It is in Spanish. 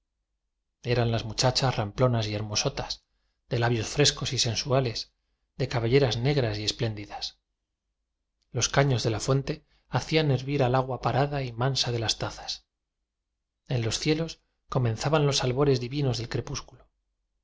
eran las muchachas ramplonas y hermosotas de labios frescos y sensuales de ca belleras negras y espléndidas los caños de la fuente hacían hervir al agua parada y mansa de las tazas en los cielos comenza ban los albores divinos del crepúsculo